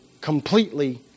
completely